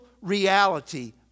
reality